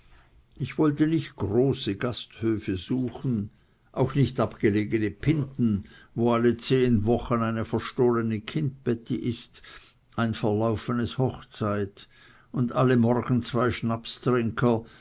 ich wollte nicht große gasthöfe suchen auch nicht abgelegene pinten wo alle zehn wochen eine verstohlene kindbetti ist ein verlaufenes hochzeit und alle morgen zwei